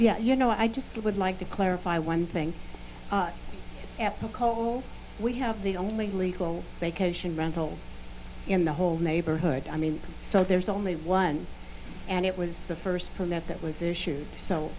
yet you know i just would like to clarify one thing we have the only legal vacation rental in the whole neighborhood i mean there's only one and it was the first from that that was issued so